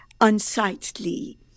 unsightly